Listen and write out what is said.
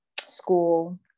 School